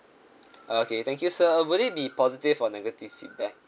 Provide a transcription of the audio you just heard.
uh okay thank you sir uh will it be positive or negative feedback